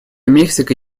мексика